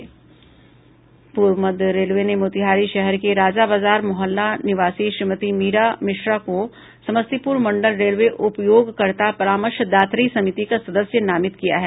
पूर्व मध्य रेलवे ने मोतिहारी शहर के राजाबाजार मोहल्ला निवासी श्रीमती मीरा मिश्रा को समस्तीपुर मंडल रेलवे उपयोगकर्ता परामर्शदात्री समिति का सदस्य नामित किया है